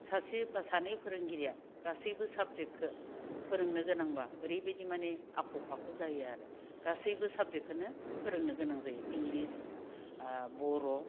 सासे बा सानै फोरोंगिरिया गासैबो साबजेक्टखो फोरोंनोगोनांब्ला ओरैबायदि माने आख' फाख' जायो आरो गासैबो साबजेक्टखोनो फोरोंनो गोनां जायो इंलिस बर'